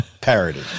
parody